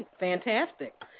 fantastic.